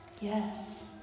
Yes